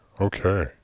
okay